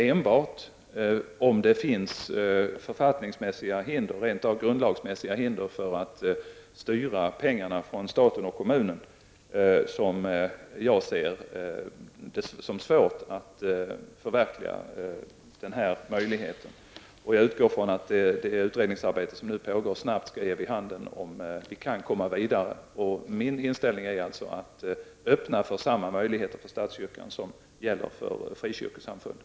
Enbart om det finns grundlagsmässiga hinder för att styra pengar från staten och kommunen ser jag svårigheter att förverkliga denna möjlighet. Jag utgår från att det utredningsarbete som nu pågår snabbt kommer att visa om vi kan gå vidare. Min inställning är alltså att vi skall öppna samma möjligheter för statskyrkan som gäller för frikyrkosamfunden.